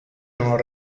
non